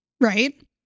Right